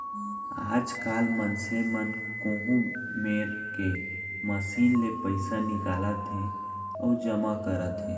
आजकाल मनसे मन कोहूँ मेर के मसीन ले पइसा निकालत हें अउ जमा करत हें